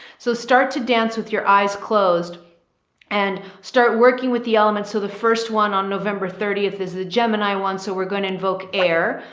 so start to dance with your eyes closed and start working with the elements. so the first one on november thirtieth is the gemini one. so we're going to invoke air.